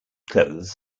clothes